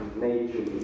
nature